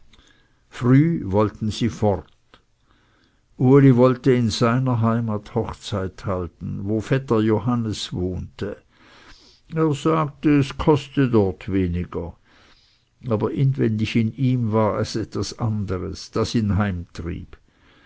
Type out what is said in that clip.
früh wollten sie fort uli wollte in seiner heimat hochzeit halten wo vetter johannes wohnte er sagte es koste dort weniger aber inwendig in ihm war etwas anderes das ihn